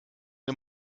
wir